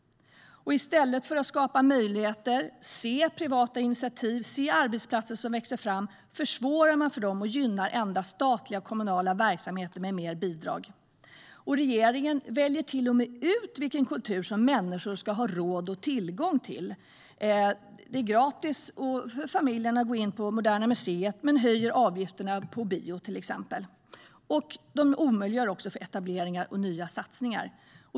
I ställer för att skapa möjligheter, se privata initiativ och arbetsplatser som växer fram försvårar man för dem och gynnar endast statliga och kommunala verksamheter med mer bidrag. Regeringen väljer till och med ut vilken kultur som människor ska ha råd att ha tillgång till. Det är gratis för familjerna att gå in på Moderna Museet, men man höjer till exempel avgifterna för bio. Det omöjliggör också etableringar och nya satsningar.